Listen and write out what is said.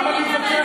למה להתווכח,